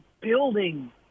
building